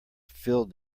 filled